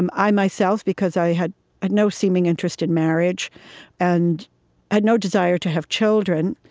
um i myself, because i had ah no seeming interest in marriage and had no desire to have children,